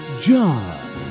John